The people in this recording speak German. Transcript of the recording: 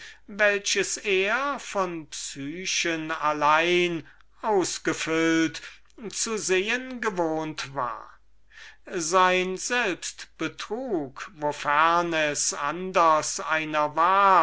welches er von psyche allein ausgefüllt zu sehen gewohnt war sein selbstbetrug wofern es anders einer war